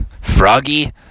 Froggy